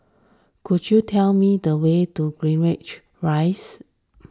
could you tell me the way to Greendale Rise